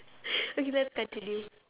okay let's continue